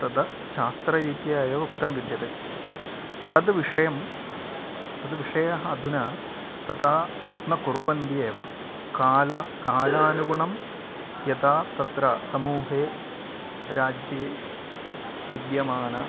तद् शास्त्ररीत्या एव उक्तं विद्यते तद् विषयं तद्विषयः अधुना तथा न कुर्वन्ति एव कालः कालानुगुणं यथा तत्र समूहे राज्ये विद्यमानम्